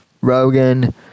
Rogan